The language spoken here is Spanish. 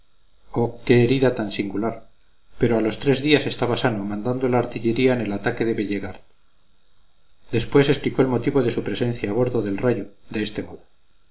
herida tan singular pero a los tres días estaba sano mandando la artillería en el ataque de bellegarde después explicó el motivo de su presencia a bordo del rayo de este modo